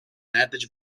найдаж